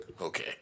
okay